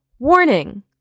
Warning